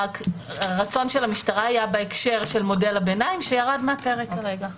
הרצון של המשטרה היה בהקשר של מודל הביניים שירד כרגע מהפרק.